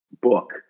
book